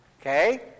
okay